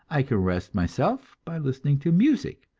i can rest myself by listening to music,